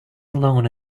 alone